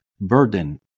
burden